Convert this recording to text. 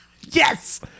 Yes